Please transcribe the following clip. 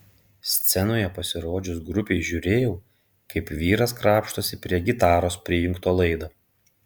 scenoje pasirodžius grupei žiūrėjau kaip vyras krapštosi prie gitaros prijungto laido